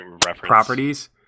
properties